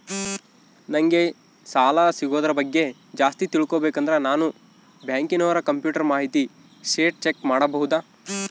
ನಂಗೆ ಸಾಲ ಸಿಗೋದರ ಬಗ್ಗೆ ಜಾಸ್ತಿ ತಿಳಕೋಬೇಕಂದ್ರ ನಾನು ಬ್ಯಾಂಕಿನೋರ ಕಂಪ್ಯೂಟರ್ ಮಾಹಿತಿ ಶೇಟ್ ಚೆಕ್ ಮಾಡಬಹುದಾ?